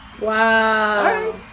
Wow